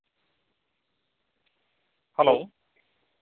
hello